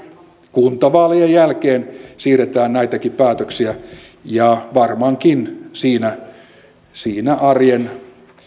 kuntavaalien jälkeen siirretään näitäkin päätöksiä ja varmaankin siinä siinä arjen